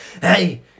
Hey